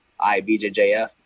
IBJJF